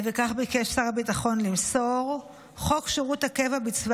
כך ביקש שר הביטחון למסור: חוק שירות הקבע בצבא